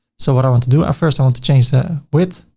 so what i want to do? at first, i want to change the width